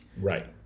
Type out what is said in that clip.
Right